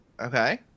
okay